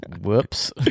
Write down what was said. Whoops